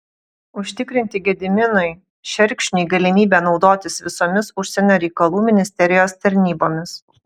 užtikrinti gediminui šerkšniui galimybę naudotis visomis užsienio reikalų ministerijos tarnybomis